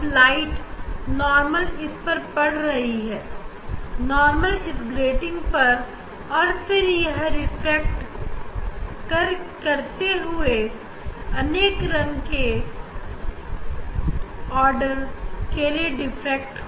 अब light normal इस पर पड़ रही है और फिर यह रिफ्रैक्ट होकर अनेक रंगों में अनेक आर्डर के लिए डिफ्रैक्ट होती हैं